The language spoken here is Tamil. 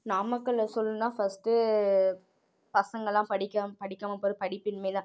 நாமக்கல்லில் சொல்லணுன்னா ஃபர்ஸ்ட்டு பசங்கள்லாம் படிக்காம படிக்காமல் போகிற படிப்பின்மை தான்